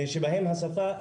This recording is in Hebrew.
שבהם השפה,